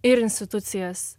ir institucijas